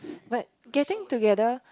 but getting together